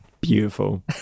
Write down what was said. beautiful